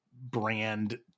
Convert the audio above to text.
brand